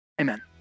Amen